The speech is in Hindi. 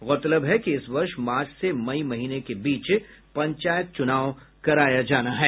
गौरतलब है कि इस वर्ष मार्च से मई महीने के बीच पंचायत चुनाव होना है